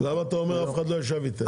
למה אתה אומר שאף אחד לא ישב איתכם?